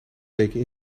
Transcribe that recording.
weken